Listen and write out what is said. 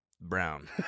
brown